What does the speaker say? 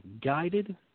guided